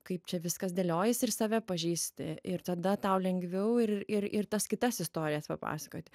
kaip čia viskas dėliojasi ir save pažįsti ir tada tau lengviau ir ir ir tas kitas istorijas papasakoti